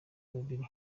babiri